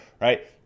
right